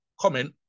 comment